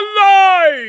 alive